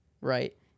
right